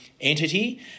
entity